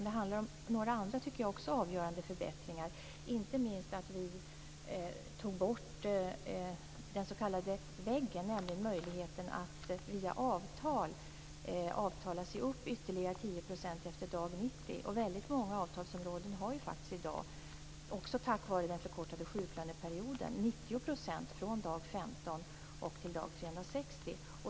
Det handlar också om några andra som jag tycker avgörande förbättringar, inte minst att vi tog bort den s.k. väggen, nämligen möjligheten att via avtal avtala sig till ytterligare 10 % ersättning efter dag 90. Väldigt många avtalsområden har i dag, också tack vare den förkortade sjuklöneperioden, 90 % ersättning från dag 15 till dag 360.